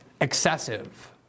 excessive